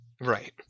right